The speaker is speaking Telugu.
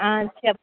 చెప్పా